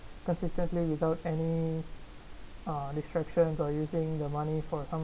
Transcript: consistently without any uh distractions on using the money for